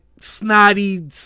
snotty